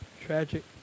tragic